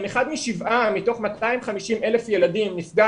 אם אחד משבעה מתוך 250,000 ילדים נפגע